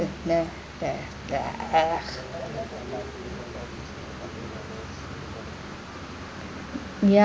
ya